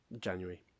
January